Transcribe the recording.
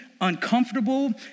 uncomfortable